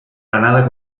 granada